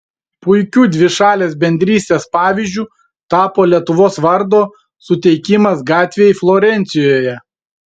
puikiu dvišalės bendrystės pavyzdžiu tapo lietuvos vardo suteikimas gatvei florencijoje